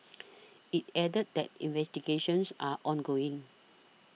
it added that investigations are ongoing